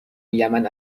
یمن